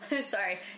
Sorry